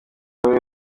byombi